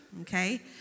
okay